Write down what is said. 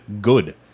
good